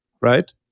Right